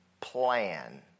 plan